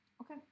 okay